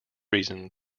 reason